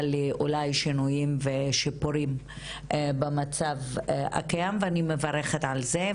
אולי לבדיקת שינויים ושיפורים במצב הקיים ואני מברכת על זה,